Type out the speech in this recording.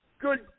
Good